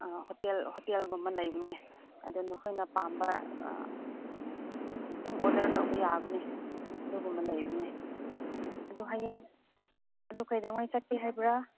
ꯍꯣꯇꯦꯜꯒꯨꯝꯕ ꯂꯩꯕꯅꯤ ꯑꯗꯨ ꯅꯈꯣꯏꯅ ꯄꯥꯝꯕ ꯑꯗꯨꯝ ꯑꯣꯗꯔ ꯇꯧꯕ ꯌꯥꯕꯅꯦ ꯑꯗꯨꯒꯨꯝꯕ ꯂꯩꯕꯅꯦ ꯑꯗꯨ ꯍꯌꯦꯡ ꯑꯗꯨ ꯀꯩꯗꯧꯉꯩ ꯆꯠꯀꯦ ꯍꯥꯏꯕꯔꯥ